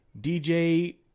DJ